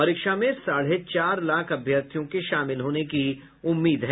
परीक्षा में साढ़े चार लाख अभ्यर्थियों के शामिल होने की उम्मीद है